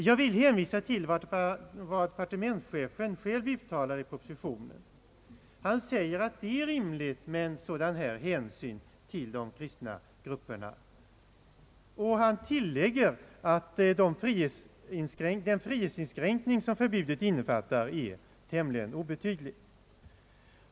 Jag vill hänvisa till vad departementschefen själv uttalar i propositionen. Han säger att det är rimligt med en sådan hänsyn till de kristna grupperna, Han tillägger att den frihetsinskränkning som förbudet innefattar är tämligen obetydlig.